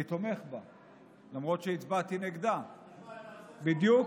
אני תומך בה, למרות שהצבעתי נגדה, בדיוק,